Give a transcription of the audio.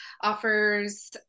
offers